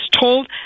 told